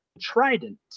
trident